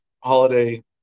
holiday